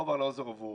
רחוב ארלוזורוב הוא